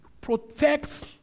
protect